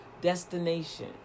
destination